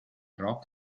rock